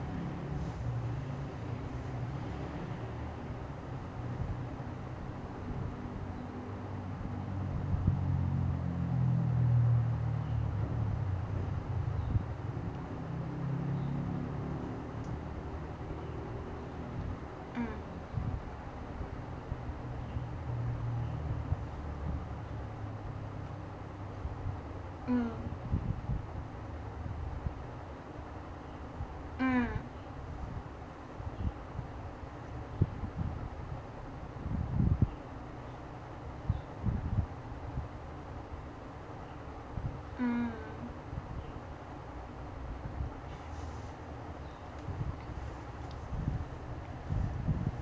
mm mm mm